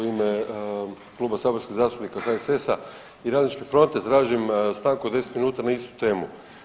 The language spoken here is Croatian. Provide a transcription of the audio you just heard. U ime Kluba saborskih zastupnika HSS-a i Radničke fronte tražim stanku od 10 minuta na istu temu.